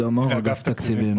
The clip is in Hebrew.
אני מאגף התקציבים.